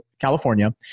California